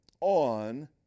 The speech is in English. on